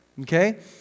okay